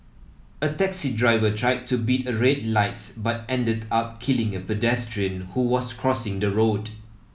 a taxi driver tried to beat a red light but ended up killing a pedestrian who was crossing the road